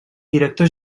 director